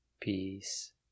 Peace